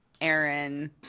Aaron